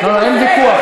אין ויכוח.